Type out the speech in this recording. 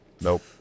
Nope